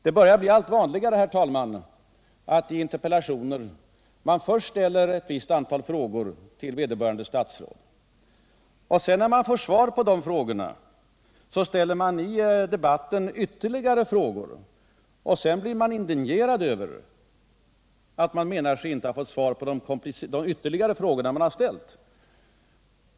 Det börjar bli allt vanligare, herr talman, att man först ställer ett visst antal frågor i interpellationer till vederbörande statsråd och sedan, när man får svar på dem, ställer ytterligare frågor i debatten. Därefter blir vederbörande indignerad därför att han menar sig inte ha fått svar på de ytterligare frågor han har ställt.